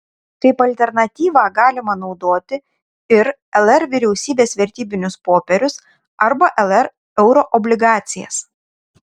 kaip alternatyvą galima naudoti ir lr vyriausybės vertybinius popierius arba lr euroobligacijas